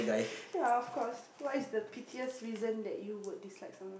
ya of course what is the peatiest reason that you would dislike someone